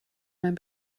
mein